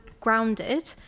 grounded